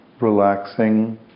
relaxing